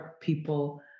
people